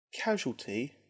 Casualty